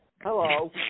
Hello